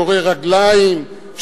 גורר רגליים,